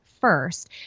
first